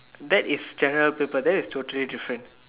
that is general paper that is totally different